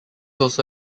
also